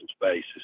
basis